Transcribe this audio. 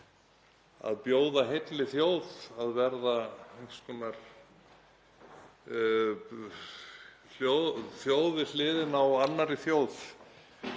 að bjóða heilli þjóð að verða einhvers konar þjóð við hliðina á annarri þjóð